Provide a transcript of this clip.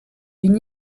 une